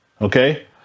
okay